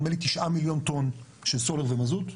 נדמה לי 9 מיליון טון של סולר ומזוט,